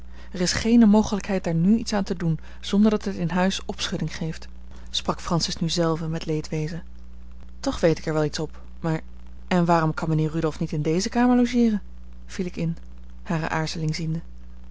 er is geene mogelijkheid daar nu iets aan te doen zonder dat het in huis opschudding geeft sprak francis nu zelve met leedwezen toch weet ik er wel iets op maar en waarom kan mijnheer rudolf niet in deze kamer logeeren viel ik in hare aarzeling ziende